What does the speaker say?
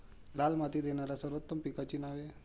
लाल मातीत येणाऱ्या सर्वोत्तम पिकांची नावे?